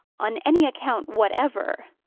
on any account whatever.